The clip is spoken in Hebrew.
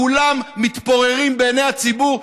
כולם מתפוררים בעיני הציבור.